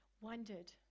wondered